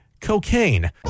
cocaine